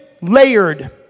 layered